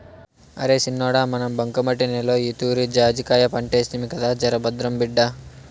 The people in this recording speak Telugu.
అరే సిన్నోడా మన బంకమట్టి నేలలో ఈతూరి జాజికాయ పంటేస్తిమి కదా జరభద్రం బిడ్డా